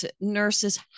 nurses